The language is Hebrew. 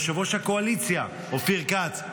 ליושב-ראש הקואליציה אופיר כץ,